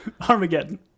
Armageddon